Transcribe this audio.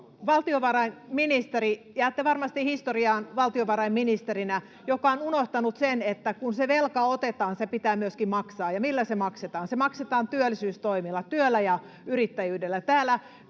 Valtiovarainministeri, jäätte varmasti historiaan valtiovarainministerinä, joka on unohtanut sen, että kun se velka otetaan, se pitää myöskin maksaa. Ja millä se maksetaan? Se maksetaan työllisyystoimilla, työllä ja yrittäjyydellä.